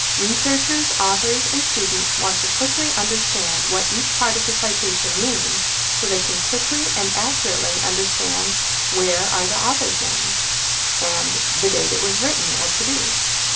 researchers, authors and students want to quickly understand what each part of the citation means so they can quickly and accurately understand where are the authors' names and the date it was written or produced,